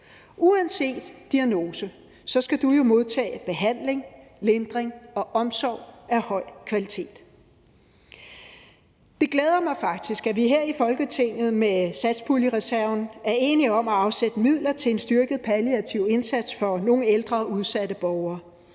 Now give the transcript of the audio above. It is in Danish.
Uanset diagnose skal du jo modtage behandling, lindring og omsorg af høj kvalitet. Det glæder mig faktisk, at vi her i Folketinget med satspuljereserven er enige om at afsætte midler til en styrket palliativ indsats for nogle ældre og udsatte borgere,